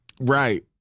Right